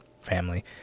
family